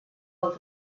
del